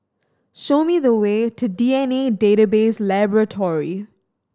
show me the way to D N A Database Laboratory